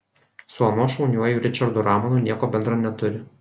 su anuo šauniuoju ričardu ramonu nieko bendra neturi